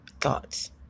thoughts